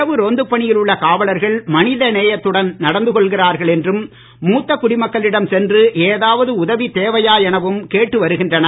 இரவு ரோந்துப் பணியில் உள்ள காவலர்கள் மனிதநேயத்துடன் நடந்து கொள்கிறார்கள் என்றும் மூத்த குடிமக்களிடம் சென்று எதாவது உதவி தேவையா எனவும் கேட்டு வருகின்றனர்